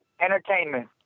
Entertainment